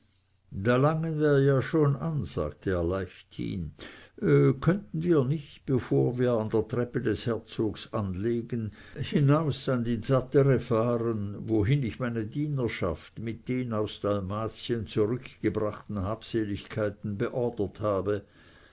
da langen wir ja schon an sagte er leichthin könnten wir nicht bevor wir an der treppe des herzogs anlegen hinaus an die zattere fahren wohin ich meine dienerschaft mit den aus dalmatien zurückgebrachten habseligkeiten beordert habe